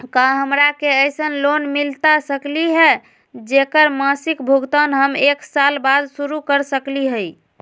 का हमरा के ऐसन लोन मिलता सकली है, जेकर मासिक भुगतान हम एक साल बाद शुरू कर सकली हई?